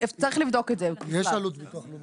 יש עלות ביטוח לאומי.